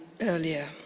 earlier